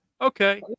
okay